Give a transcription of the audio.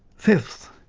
fifth,